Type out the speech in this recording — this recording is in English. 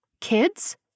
Kids